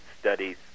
studies